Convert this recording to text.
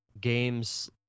games